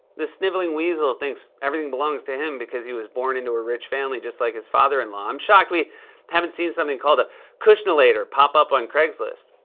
the sniveling weasel thinks everything belongs to him because he was born into a rich family like his father-in-law. i'm shocked we haven't seen something called a kushn-ilator pop up on craigslist.